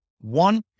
One